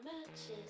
matches